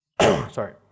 sorry